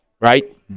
right